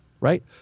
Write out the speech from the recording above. right